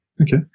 Okay